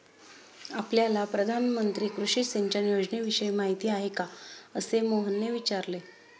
आपल्याला प्रधानमंत्री कृषी सिंचन योजनेविषयी माहिती आहे का? असे मोहनने विचारले